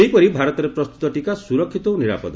ସେହିପରି ଭାରତରେ ପ୍ରସ୍ତୁତ ଟିକା ସୁରକ୍ଷିତ ଓ ନିରାପଦ